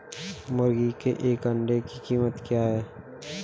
मुर्गी के एक अंडे की कीमत क्या है?